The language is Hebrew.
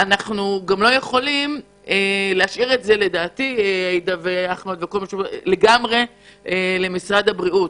איננו יכולים להשאיר את זה לגמרי למשרד הבריאות.